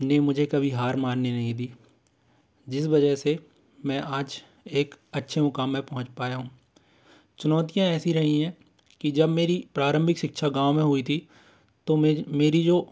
ने मुझे कभी हार मानने नहीं दी जिस वजह से मैं आज एक अच्छे मुकाम में पहुँच पाया हूँ चुनौतियाँ ऐसी रहीं हैं कि जब मेरी प्रारम्भिक शिक्षा गाँव में हुई थी तो तो मैं मेरी जो